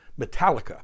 Metallica